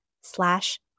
slash